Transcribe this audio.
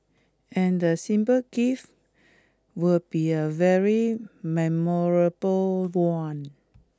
and the simple gift will be a very memorable one